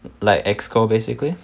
like EXCO basically